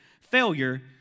Failure